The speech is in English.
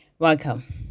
welcome